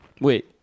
Wait